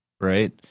right